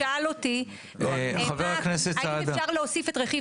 שאל אותי --- האם אפשר להוסיף את רכיב